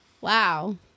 Wow